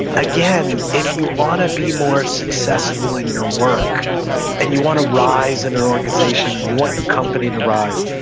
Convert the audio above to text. again, if you want to be more successful in your work and you want to rise in your organization or you want your company to rise,